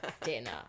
dinner